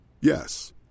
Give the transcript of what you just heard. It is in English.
Yes